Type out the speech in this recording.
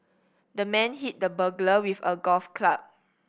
the man hit the burglar with a golf club